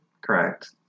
correct